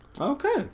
Okay